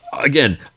again